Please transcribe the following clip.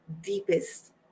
deepest